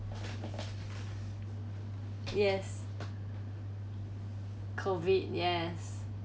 yes COVID yes